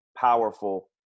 powerful